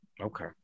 Okay